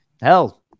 hell